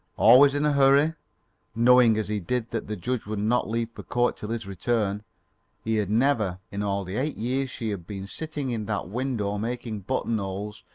always in a hurry knowing as he did that the judge would not leave for court till his return he had never, in all the eight years she had been sitting in that window making button-holes,